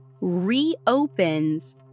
reopens